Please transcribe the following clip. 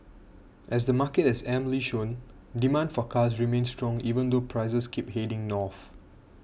as the market has amply shown demand for cars remains strong even though prices keep heading north